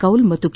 ಕೌಲ್ ಮತ್ತು ಕೆ